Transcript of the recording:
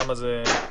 למה זה שונה?